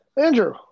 Andrew